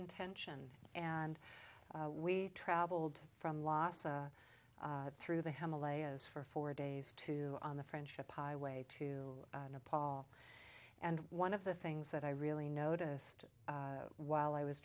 intention and we travelled from lhasa through the himalayas for four days to the friendship highway to nepal and one of the things that i really noticed while i was